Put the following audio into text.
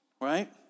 right